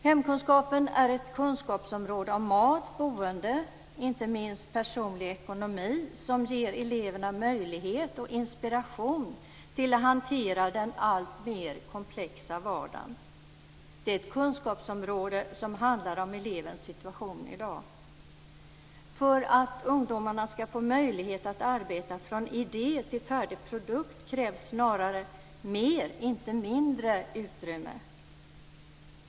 Hemkunskap är ett kunskapsområde om mat, boende och inte minst personlig ekonomi som ger eleverna möjlighet och inspiration att hantera den alltmer komplexa vardagen. Det är ett kunskapsområde som handlar om elevens situation i dag. För att ungdomarna skall få möjlighet att arbeta från idé till färdig produkt krävs snarare mer än mindre utrymme.